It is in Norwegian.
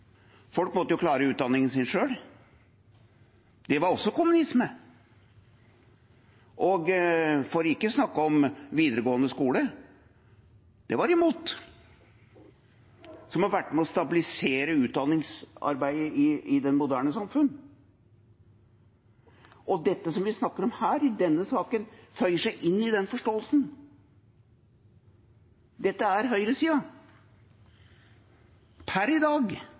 folk måtte klare utdanningen sin selv. Det var også kommunisme. For ikke å snakke om videregående skole – det var de imot – som har vært med å stabilisere utdanningsarbeidet i det moderne samfunn. Dette som vi snakker om her i denne saken, føyer seg inn i den forståelsen. Dette er høyresiden per i dag.